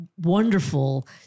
wonderful